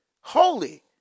holy